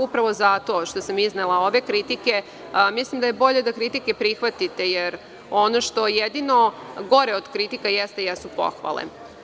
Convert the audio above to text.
Upravo zato što sam iznela ove kritike mislim da je bolje da kritike prihvatite, jer ono što je jedino je gore od kritika jesu pohvale.